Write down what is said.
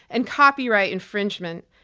and copyright infringement.